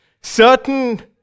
certain